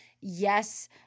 Yes